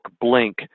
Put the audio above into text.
Blink